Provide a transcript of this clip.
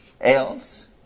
else